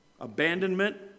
Abandonment